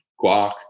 guac